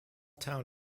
town